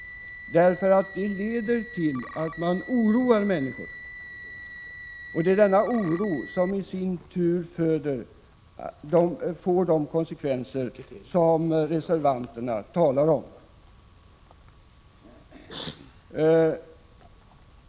Det leder till att man oroar människor, och det är denna oro som i sin tur får de konsekvenser som reservanterna talar om.